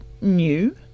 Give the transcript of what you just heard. new